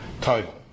title